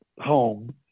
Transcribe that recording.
home